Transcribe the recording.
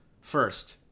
first